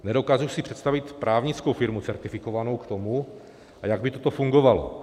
Nedokážu si představit právnickou firmu certifikovanou k tomu, a jak by toto fungovalo.